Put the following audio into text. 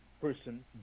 person